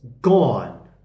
gone